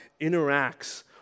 interacts